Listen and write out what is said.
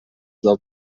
del